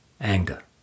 anger